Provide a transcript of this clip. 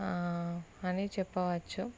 ఆ అని చెప్పవచ్చు